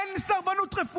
אין סרבנות רפואית.